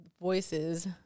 voices